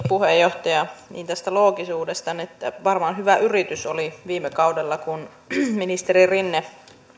puheenjohtaja tästä loogisuudesta varmaan hyvä yritys oli viime kaudella kun ministeri rinne